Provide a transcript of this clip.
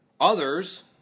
Others